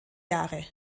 jahre